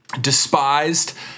despised